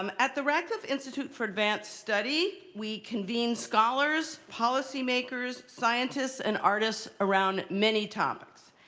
um at the radcliffe institute for advanced study, we convene scholars, policymakers, scientists, and artists around many topics.